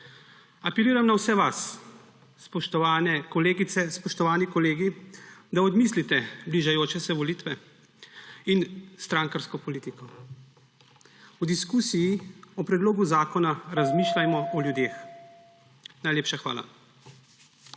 Apeliram na vse vas, spoštovane kolegice, spoštovani kolegi, da odmislite bližajoče se volitve in strankarsko politiko. V diskusiji o predlogu zakona razmišljajmo o ljudeh. Najlepša hvala.